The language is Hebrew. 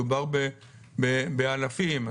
מדובר באלפים,